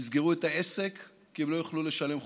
יסגרו את העסק כי הם לא יוכלו לשלם חובות,